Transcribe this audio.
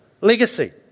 legacy